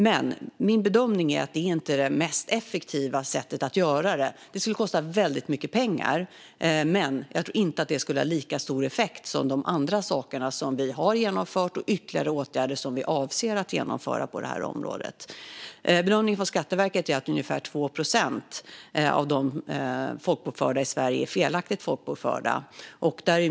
Men min bedömning är att det inte är det effektivaste sättet att göra det. Det skulle kosta väldigt mycket pengar, men jag tror inte att det skulle ha lika stor effekt som de andra saker som vi har genomfört och de ytterligare åtgärder som vi avser att genomföra på området. Bedömningen från Skatteverket är att ungefär 2 procent av de folkbokförda i Sverige är felaktigt folkbokförda.